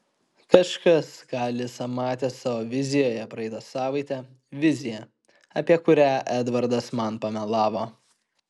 kažkas ką alisa matė savo vizijoje praeitą savaitę viziją apie kurią edvardas man pamelavo